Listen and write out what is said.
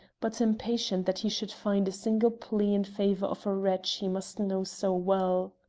but impatient that he should find a single plea in favour of a wretch he must know so well.